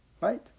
Right